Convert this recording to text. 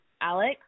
Alex